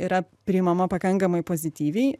yra priimama pakankamai pozityviai